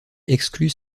exclut